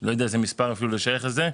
לא יודע איזה מספר אפילו לשייך את זה,